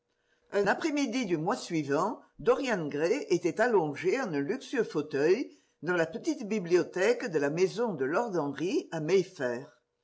n après-midi du mois suivant dorian gray était allongé en un luxueux fauteuil dans la petite bibliothèque de la maison de lord henry à